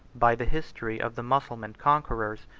by the history of the mussulman conquerors,